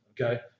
okay